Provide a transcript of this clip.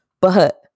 But-